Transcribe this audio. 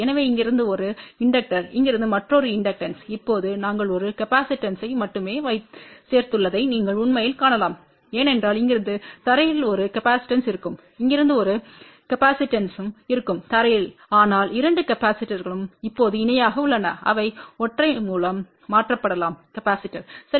எனவே இங்கிருந்து ஒரு இண்டக்டர் இங்கிருந்து மற்றொரு இண்டக்டன்ஸ் இப்போது நாங்கள் ஒரு காப்பாசிட்டன்ஸ்வை மட்டுமே சேர்த்துள்ளதை நீங்கள் உண்மையில் காணலாம் ஏனென்றால் இங்கிருந்து தரையில் ஒரு காப்பாசிட்டன்ஸ்வு இருக்கும் இங்கிருந்து ஒரு காப்பாசிட்டன்ஸ்வு இருக்கும் தரையில் ஆனால் 2 கெபாசிடர்ங்கள் இப்போது இணையாக உள்ளன அவை ஒற்றை மூலம் மாற்றப்படலாம் கெபாசிடர் சரி